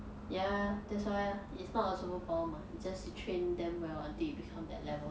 ya that's why ah it's not a superpower mah just to train them well until you become that level